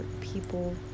People